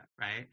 right